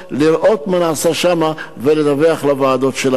לראות מה נעשה שם ולדווח לוועדות שלהם.